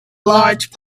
large